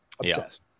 Obsessed